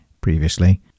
previously